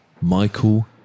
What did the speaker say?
Michael